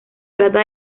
trata